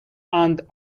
and